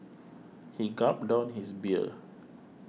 he gulped down his beer